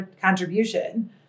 contribution